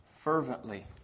fervently